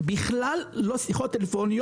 בכלל, לא לשיחות בטלפון.